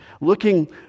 Looking